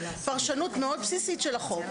פרשנות מאוד בסיסית של החוק,